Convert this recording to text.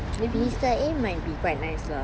maybe mister a might be quite nice lah